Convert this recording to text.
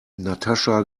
natascha